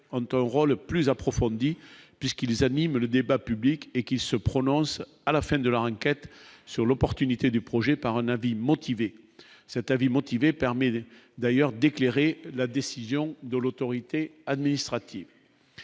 enquêteurs rôle plus approfondis, puisqu'ils animent le débat public et qui se prononce à la fin de l'enquête sur l'opportunité du projet par un avis motivé cet avis motivé permet d'ailleurs d'éclairer la décision de l'autorité administrative,